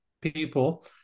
people